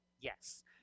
Yes